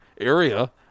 area